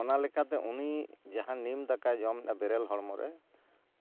ᱚᱱᱟ ᱞᱮᱠᱟᱛᱮ ᱩᱱᱤ ᱡᱟᱦᱟᱸ ᱱᱤᱢ ᱫᱟᱠᱟᱭ ᱡᱚᱢᱫᱟ ᱵᱮᱨᱮᱞ ᱦᱚᱲᱢᱚ ᱨᱮ